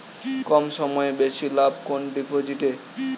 কম সময়ে বেশি লাভ কোন ডিপোজিটে?